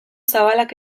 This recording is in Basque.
zabalak